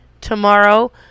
Tomorrow